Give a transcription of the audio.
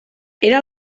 era